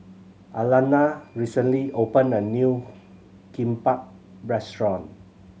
Alannah recently opened a new Kimbap Restaurant